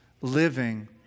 living